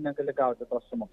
negali gauti tos sumos